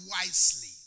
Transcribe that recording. wisely